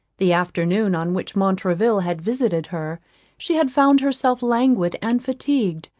the afternoon on which montraville had visited her she had found herself languid and fatigued,